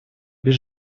без